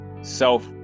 self